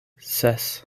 ses